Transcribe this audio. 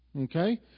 Okay